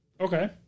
Okay